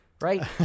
Right